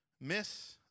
miss